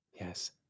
yes